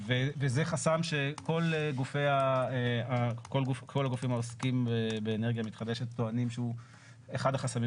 וזה חסם שכל הגופים העוסקים באנרגיה מתחדשת טוענים שהוא אחד החסמים